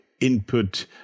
input